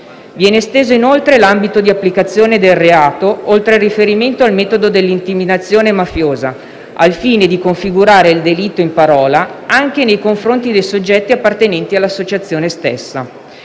Viene esteso, inoltre, l'ambito di applicazione del reato, oltre al riferimento al metodo dell'intimidazione mafiosa, al fine di configurare il delitto in parola, anche nei confronti dei soggetti appartenenti all'associazione stessa.